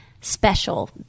special